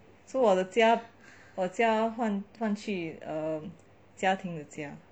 so 我的家我家换换去家庭的家